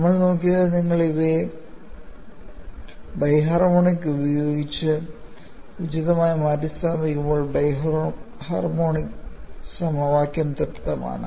നമ്മൾ നോക്കിയത് നിങ്ങൾ ഇവയെ ബൈ ഹാർമോണിക് ഉപയോഗിച്ച് ഉചിതമായി മാറ്റിസ്ഥാപിക്കുമ്പോൾ ബൈ ഹാർമോണിക് സമവാക്യം തൃപ്തികരമാണ്